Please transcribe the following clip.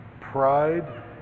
pride